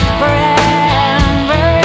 forever